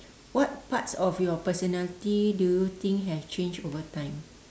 what parts of your personality do you think have changed over time